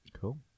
Cool